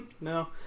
No